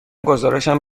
گزارشم